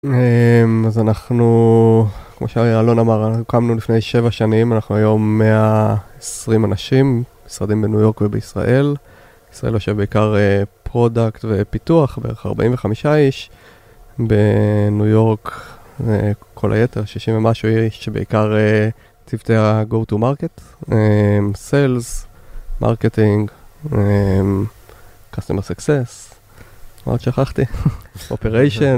אז אנחנו, כמו שאלון אמר, הוקמנו לפני שבע שנים, אנחנו היום 120 אנשים, משרדים בניו יורק ובישראל. ישראל יושב בעיקר פרודקט ופיתוח, בערך 45 איש, בניו יורק כל היתר 60 ומשהו איש, שבעיקר צוותי ה-go to market, sales, marketing, customer success, מה עוד שכחתי? Operation.